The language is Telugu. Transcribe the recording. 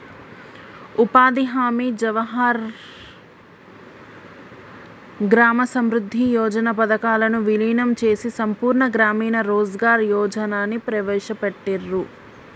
ఉపాధి హామీ, జవహర్ గ్రామ సమృద్ధి యోజన పథకాలను వీలీనం చేసి సంపూర్ణ గ్రామీణ రోజ్గార్ యోజనని ప్రవేశపెట్టిర్రు